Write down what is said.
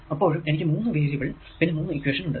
അപ്പോഴും എനിക്ക് 3 വേരിയബിൾ പിന്നെ 3 ഇക്വേഷൻ ഉണ്ട്